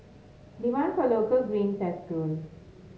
demand for local greens has grown